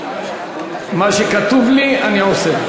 מה שכתוב לי אני עושה.